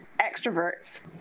extroverts